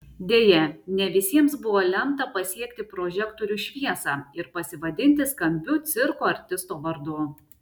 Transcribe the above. deja ne visiems buvo lemta pasiekti prožektorių šviesą ir pasivadinti skambiu cirko artisto vardu